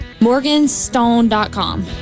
Morganstone.com